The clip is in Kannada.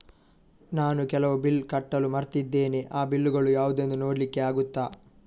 ನಾನು ಕೆಲವು ಬಿಲ್ ಕಟ್ಟಲು ಮರ್ತಿದ್ದೇನೆ, ಆ ಬಿಲ್ಲುಗಳು ಯಾವುದೆಂದು ನೋಡ್ಲಿಕ್ಕೆ ಆಗುತ್ತಾ?